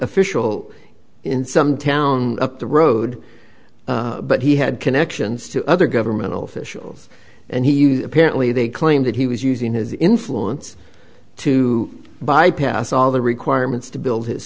official in some town up the road but he had connections to other government officials and he was apparently they claim that he was using his influence to bypass all the requirements to build his